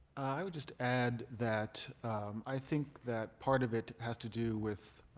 i would just add that i think that part of it has to do with